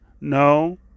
no